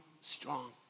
strong